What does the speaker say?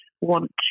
want